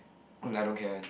mm I don't care one